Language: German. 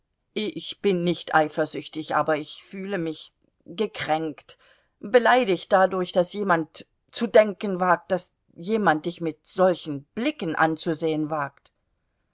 ich bin nicht eifersüchtig aber ich fühle mich gekränkt beleidigt dadurch daß jemand zu denken wagt daß jemand dich mit solchen blicken anzusehen wagt